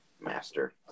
master